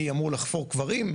אני אמור לחפור קברים?